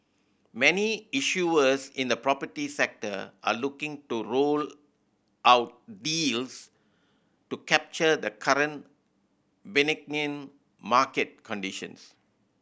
many issuers in the property sector are looking to roll out deals to capture the current benign market conditions